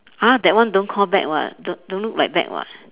!huh! that one don't call bag [what] d~ don't look like bag [what]